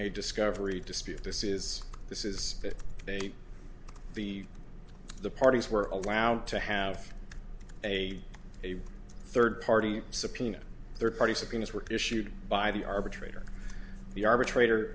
a discovery dispute this is this is a the the parties were allowed to have a a third party subpoena third party subpoenas were issued by the arbitrator the arbitrator